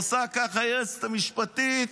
עושה ככה, היועצת המשפטית,